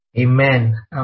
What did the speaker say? Amen